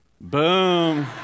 Boom